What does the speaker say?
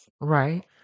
Right